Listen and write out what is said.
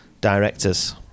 directors